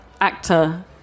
actor